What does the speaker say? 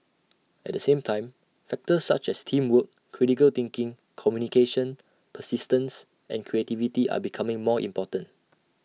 at the same time factors such as teamwork critical thinking communication persistence and creativity are becoming more important